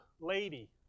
lady